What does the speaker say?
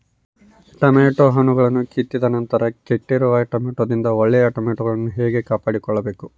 Tomato ಹಣ್ಣುಗಳನ್ನು ಕಿತ್ತಿದ ನಂತರ ಕೆಟ್ಟಿರುವ ಟೊಮೆಟೊದಿಂದ ಒಳ್ಳೆಯ ಟೊಮೆಟೊಗಳನ್ನು ಹೇಗೆ ಕಾಪಾಡಿಕೊಳ್ಳಬೇಕು?